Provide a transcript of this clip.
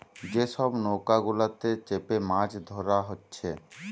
যে সব নৌকা গুলাতে চেপে মাছ ধোরা হচ্ছে